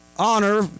Honor